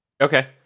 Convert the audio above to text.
Okay